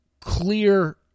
clear